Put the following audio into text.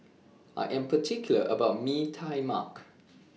I Am particular about Mee Tai Mak